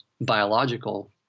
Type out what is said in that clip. biological